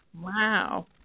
Wow